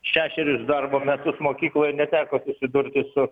šešerius darbo metus mokykloje neteko susidurti su